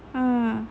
mm